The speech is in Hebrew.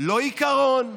לא עיקרון,